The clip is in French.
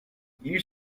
ils